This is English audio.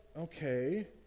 okay